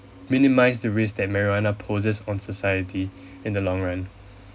minimise the risk that marijuana poses on society in the long run